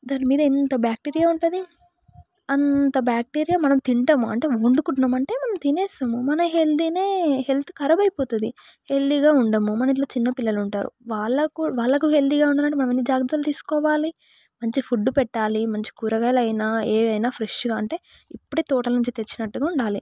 దాని మీద ఎంత బ్యాక్టీరియా ఉంటుంది అంత బ్యాక్టీరియా మనం తింటాం అంటే వండుకుంటున్నాం అంటే మనం తినేస్తాము మన హెల్తీనే హెల్త్ కరాబ్ అయిపోతుంది హెల్దిగా ఉండము మన ఇంట్లో చిన్న పిల్లలు ఉంటారు వాళ్ళకు కూ వాళ్ళకు హెల్తీగా ఉండాలంటే మనం ఎన్ని జాగ్రత్తలు తీసుకోవాలి మంచిగా ఫుడ్ పెట్టాలి మంచి కూరగాయలైన ఏవైనా ఫ్రెష్గా అంటే ఇప్పుడే తోటలో నుంచి తెచ్చినట్టుగా ఉండాలి